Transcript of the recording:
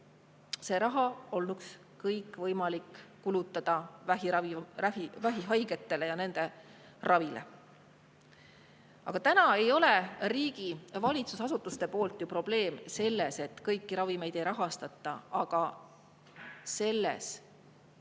See raha olnuks kõik võimalik kulutada vähihaigetele ja nende ravile. Aga täna ei ole riigi valitsusasutuste puhul probleem ju selles, et kõiki ravimeid ei rahastata, vaid selles,